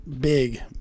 Big